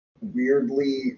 weirdly